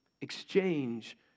Exchange